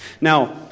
Now